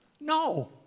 No